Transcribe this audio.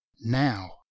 now